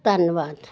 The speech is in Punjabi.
ਧੰਨਵਾਦ